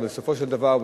אבל בסופו של דבר,